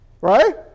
Right